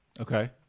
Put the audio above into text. okay